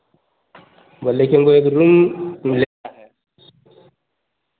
बोल रहे हैं कि हमें एक रूम लेना है